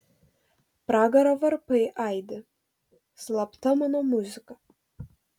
pragaro varpai aidi slapta mano muzika